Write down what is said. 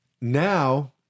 now